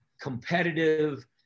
competitive